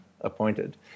appointed